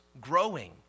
growing